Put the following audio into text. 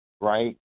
right